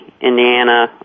Indiana